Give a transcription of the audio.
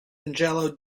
anglo